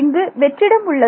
இங்கு வெற்றிடம் உள்ளது